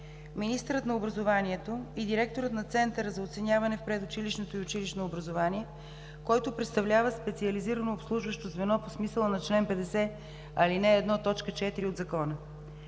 министърът на образованието и директорът на Центъра за оценяване в предучилищното и училищно образование, който представлява специализирано обслужващо звено по смисъла на чл. 50, ал. 1, т. 4 от Закона.